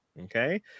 Okay